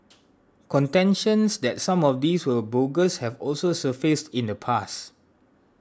contentions that some of these were bogus have also surfaced in the past